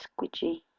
squidgy